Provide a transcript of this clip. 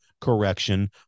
correction